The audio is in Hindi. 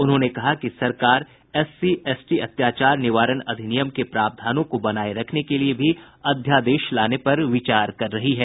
उन्होंने कहा कि सरकार एससी एसटी अत्याचार निवारण अधिनियम के प्रावधानों को बनाये रखने के लिए भी अध्यादेश लाने का विचार कर रही है